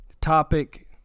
topic